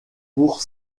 pour